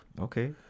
Okay